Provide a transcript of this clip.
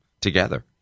together